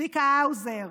צביקה האוזר,